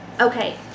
Okay